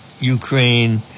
Ukraine